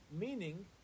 Meaning